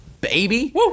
baby